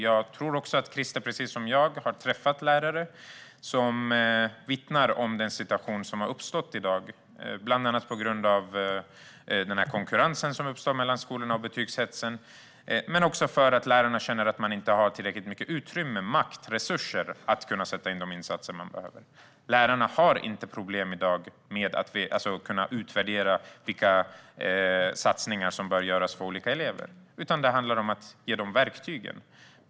Jag tror att Christer, precis som jag, har träffat lärare som vittnar om den situation som har uppstått, bland annat på grund av den konkurrens som uppstår mellan skolorna och på grund av betygshetsen, men också för att lärarna känner att de inte har tillräckligt med utrymme, makt och resurser för att kunna sätta in de insatser som behövs. Lärarna har i dag inte problem med att utvärdera vilka satsningar som behövs för olika elever, utan det handlar om att ge dem verktygen.